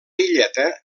illeta